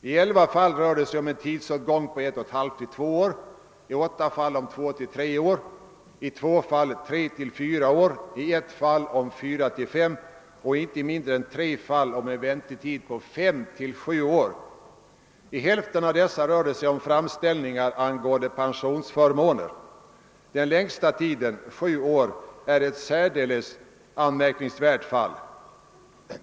I elva fall rör det sig om en tidsåtgång på 1!/-—2 år, i åtta fall om 2—3 år, i två fall om 3—4 år, i ett fall om 4—5 år och i inte mindre än tre fall om en väntetid på 5—27 år. I hälften av dessa fall rör det sig om framställningar angående pensionsförmåner. Den längsta tiden — 7 år — rör ett särdeles anmärkningsvärt fall.